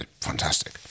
Fantastic